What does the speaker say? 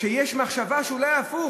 שיש מחשבה שאולי הפוך,